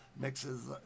mixes